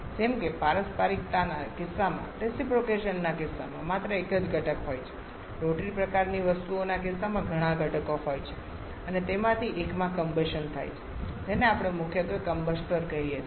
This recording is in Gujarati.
જેમ કે પારસ્પરિકતાના કિસ્સામાં માત્ર એક જ ઘટક હોય છે રોટરી પ્રકારની વસ્તુઓના કિસ્સામાં ઘણા ઘટકો હોય છે અને તેમાંથી એકમાં કમ્બશન થાય છે જેને આપણે મુખ્યત્વે કમ્બસ્ટર કહીએ છીએ